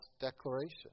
declaration